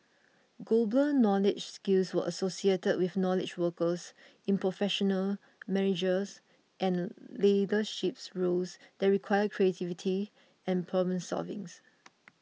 global knowledge skills were associated with knowledge workers in professional managerial and leadership roles that require creativity and problem solvings